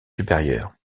supérieurs